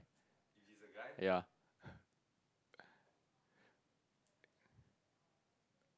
ya